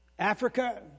Africa